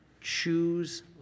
Choose